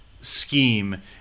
scheme